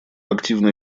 активно